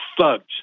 thugs